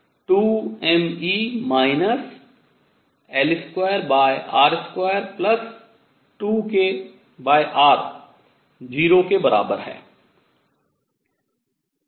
इसलिए 2mE L2r22kr 0 के बराबर है